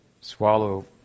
swallow